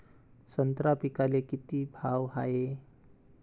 संत्रा पिकाले किती भाव हाये?